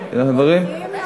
הולכים להצבעה.